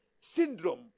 syndrome